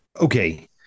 Okay